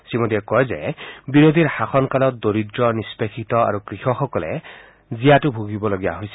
শ্ৰীমোদীয়ে কয় যে বিৰোধীৰ শাসন কালত দৰিদ্ৰ লোক নিষ্পেষিত আৰু কৃষকসকলে জীয়াতু ভুগিব লগা হৈছিল